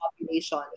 population